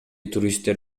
туристтер